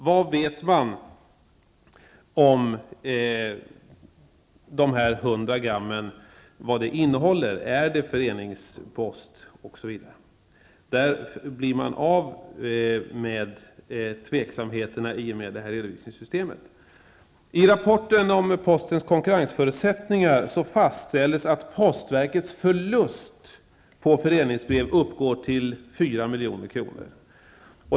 Vad vet man på postverket om vad dessa 100 gram innehåller, om det verkligen är föreningspost? I och med det nya redovisningssystemet blir man av med tveksamheterna. 4 milj.kr.